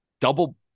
double